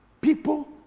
people